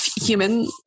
human